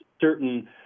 certain